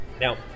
Now